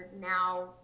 now